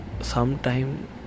sometime